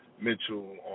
Mitchell